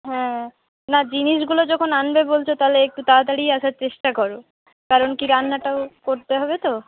হ্যাঁ না জিনিসগুলো যখন আনবে বলছ তা হলে একটু তাড়াতাড়িই আসার চেষ্টা কর কারণ কি রান্নাটাও করতে হবে তো